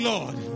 Lord